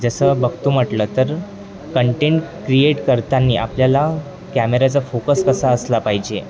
जसं बघतो म्हटलं तर कंटेंट क्रिएट करताना आपल्याला कॅमेऱ्याचा फोकस कसा असला पाहिजे